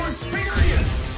Experience